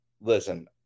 listen